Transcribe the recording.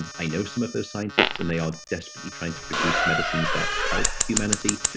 and i know some of those scientists and they are desperately trying to produce medicines that help humanity